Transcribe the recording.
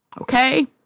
okay